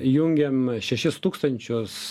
jungiam šešis tūkstančius